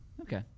Okay